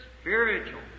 spiritual